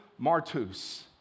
martus